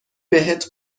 بهت